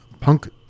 Punk